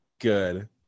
Good